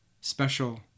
special